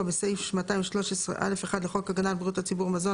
בסעיף 213(א1) לחוק הגנה על בריאות הציבור (מזון),